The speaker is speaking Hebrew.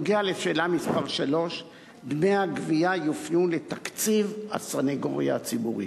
3. דמי הגבייה יופנו לתקציב הסנגוריה הציבורית.